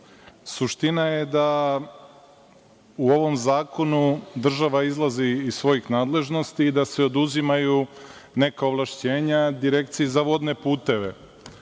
suština je da u ovom zakonu država izlazi iz svojih nadležnosti i da se oduzimaju neka ovlašćenja Direkciji za vodne puteve.